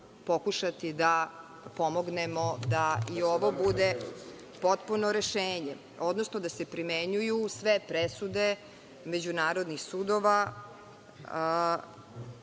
da pomognemo da i ovo bude potpuno rešenje, odnosno da se primenjuju sve presude međunarodnih sudova